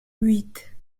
huit